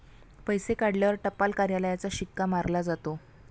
पैसे काढल्यावर टपाल कार्यालयाचा शिक्का मारला जातो